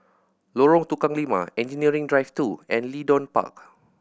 Lorong Tukang Lima Engineering Drive Two and Leedon Park